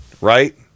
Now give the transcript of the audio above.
right